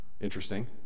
Interesting